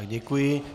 Děkuji.